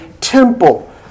temple